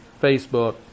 Facebook